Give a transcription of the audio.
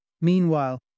Meanwhile